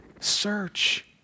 search